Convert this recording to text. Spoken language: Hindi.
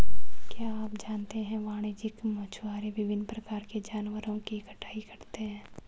क्या आप जानते है वाणिज्यिक मछुआरे विभिन्न प्रकार के जानवरों की कटाई करते हैं?